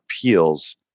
appeals